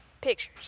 Pictures